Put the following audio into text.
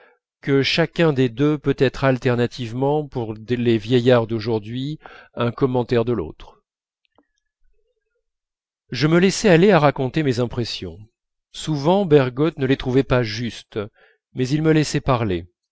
que chacun des deux peut être alternativement pour les vieillards d'aujourd'hui un commentaire de l'autre je me laissais aller à raconter mes impressions souvent bergotte ne les trouvait pas justes mais il me laissait parler